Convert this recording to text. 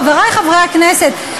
חברי חברי הכנסת,